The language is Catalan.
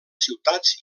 ciutats